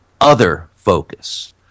other-focus